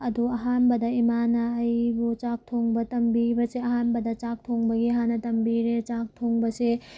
ꯑꯗꯨ ꯑꯍꯥꯟꯕꯗ ꯏꯃꯥꯅ ꯑꯩꯕꯨ ꯆꯥꯛ ꯊꯣꯡꯕ ꯇꯝꯕꯤꯕꯁꯦ ꯑꯍꯥꯟꯕꯗ ꯆꯥꯛ ꯊꯣꯡꯕꯒꯤ ꯍꯥꯟꯅ ꯇꯝꯕꯤꯔꯦ ꯆꯥꯛ ꯊꯣꯡꯕꯁꯦ